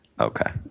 Okay